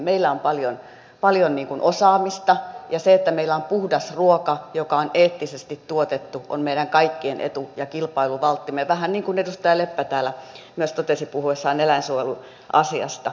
meillä on paljon osaamista ja se että meillä on puhdas ruoka joka on eettisesti tuotettu on meidän kaikkien etu ja kilpailuvalttimme vähän niin kuin edustaja leppä täällä myös totesi puhuessaan eläinsuojeluasiasta